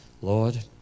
Lord